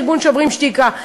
ארגון "שוברים שתיקה".